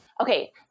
okay